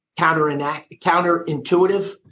counterintuitive